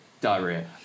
Diarrhea